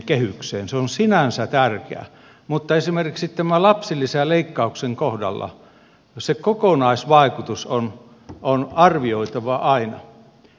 se on sinänsä tärkeää mutta esimerkiksi tämän lapsilisäleikkauksen kohdalla se kokonaisvaikutus on arvioitava aina